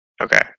Okay